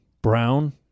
Brown